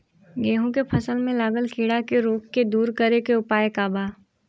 गेहूँ के फसल में लागल कीड़ा के रोग के दूर करे के उपाय का बा?